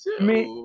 Mais